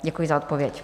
Děkuji za odpověď.